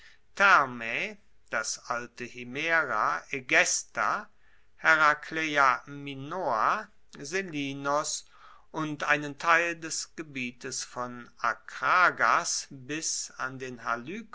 das alte himera egesta herakleia minoa selinus und einen teil des gebietes von akragas bis an den